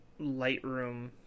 Lightroom